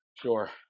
Sure